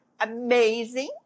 amazing